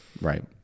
Right